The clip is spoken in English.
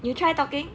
you try talking